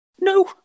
no